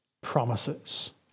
promises